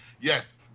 yes